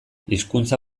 hizkuntza